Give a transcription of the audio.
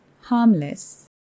Harmless